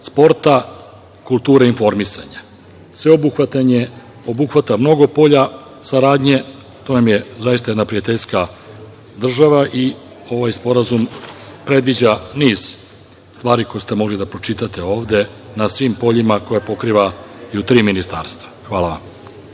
sporta, kulture i informisanja. Sveobuhvatan je, obuhvata mnogo polja saradnje. To nam je zaista jedna prijateljska država i ovaj sporazum predviđa niz stvari, koje ste mogli da pročitate ovde, na svim poljima koje pokrivaju tri ministarstva. Hvala.